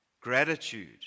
gratitude